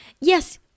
yes